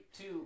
two